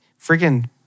freaking